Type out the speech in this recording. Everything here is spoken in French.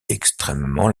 extrêmement